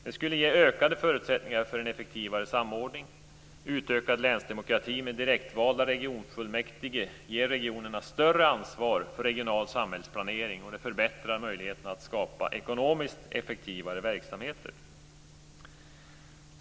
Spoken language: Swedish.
Den skulle ge ökade förutsättningar för en effektivare samordning. Utökad länsdemokrati med direktvalda regionfullmäktige ger regionerna större ansvar för regional samhällsplanering och förbättrar möjligheterna att skapa ekonomiskt effektivare verksamheter.